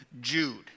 Jude